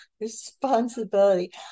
responsibility